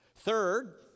Third